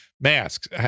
masks